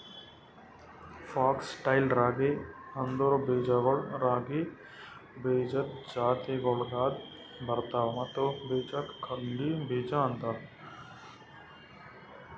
fox tail ರಾಗಿ ಅಂದುರ್ ಬೀಜಗೊಳ್ ರಾಗಿ ಬೀಜದ್ ಜಾತಿಗೊಳ್ದಾಗ್ ಬರ್ತವ್ ಮತ್ತ ಬೀಜಕ್ ಕಂಗ್ನಿ ಬೀಜ ಅಂತಾರ್